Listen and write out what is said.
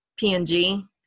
PNG